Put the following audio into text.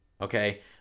okay